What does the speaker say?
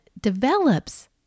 develops